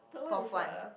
fourth one